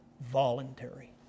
voluntary